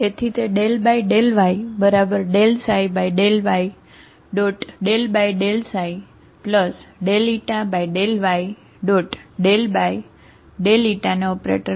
તેથી તે ∂y ∂y ∂y ને ઓપરેટર સૂચવે છે બરાબર